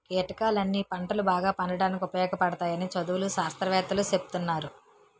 కీటకాలన్నీ పంటలు బాగా పండడానికి ఉపయోగపడతాయని చదువులు, శాస్త్రవేత్తలూ సెప్తున్నారు